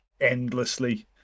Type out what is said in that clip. endlessly